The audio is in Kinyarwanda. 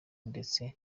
ndetse